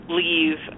leave